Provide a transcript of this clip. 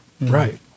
Right